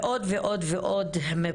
יש עוד ועוד נושאים.